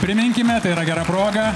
priminkime tai yra gera proga